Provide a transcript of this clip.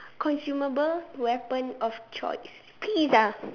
consumable weapon of choice pizza